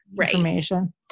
information